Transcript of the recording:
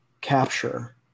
capture